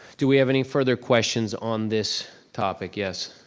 do we have any further questions on this topic, yes?